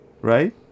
right